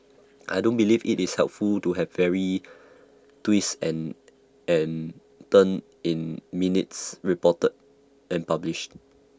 I don't believe IT is helpful to have every twist and and and turn in minutes reported and published